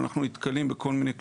ואנחנו נתקלים בכל מיני קשיים.